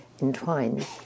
entwined